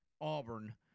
Auburn